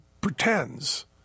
pretends